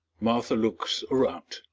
martha looks around.